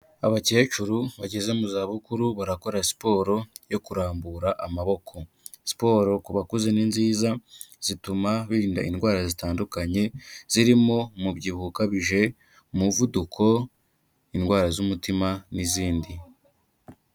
Abakecuru bageze mu zabukuru barakora siporo yo kurambura amaboko, siporo ku bakuze ni nziza zituma birinda indwara zitandukanye zirimo umubyibuho ukabije, umuvuduko, indwara z'umutima n'izindi.